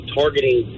targeting